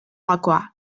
gakoa